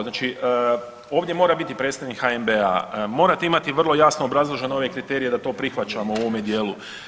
Znači ovdje mora biti predstavnik HNB-a, morate imate vrlo jasno obrazloženo ove kriterije da to prihvaćamo u ovome dijelu.